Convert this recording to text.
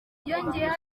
yongeyeho